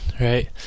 Right